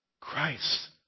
Christ